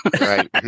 Right